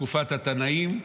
תקופת התנאים.